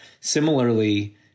Similarly